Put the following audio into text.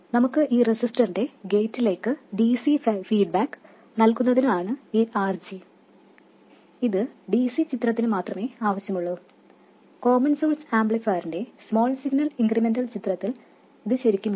നമുക്ക് ഈ ട്രാൻസിസ്റ്ററിന്റെ ഗേറ്റിലേക്ക് dc ഫീഡ്ബാക്ക് നൽകുന്നതിന് ആണ് ഈ RG ഇത് dc ചിത്രത്തിന് മാത്രമേ ആവശ്യമുളളൂ കോമൺ സോഴ്സ് ആംപ്ലിഫയറിന്റെ സ്മോൾ സിഗ്നൽ ഇൻക്രിമെന്റൽ ചിത്രത്തിൽ ഇത് ശരിക്കുമില്ല